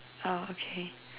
oh okay